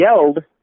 yelled